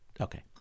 Okay